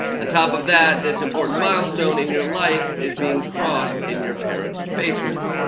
on top of that, this important milestone in your life is being crossed in your parents' basement.